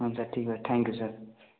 ହଁ ସାର୍ ଠିକ୍ ଅଛି ଥ୍ୟାଙ୍କ୍ ୟୁ ସାର୍